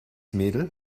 mädel